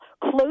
close